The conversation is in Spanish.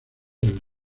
del